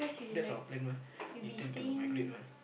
that's our plan mah we plan to migrate mah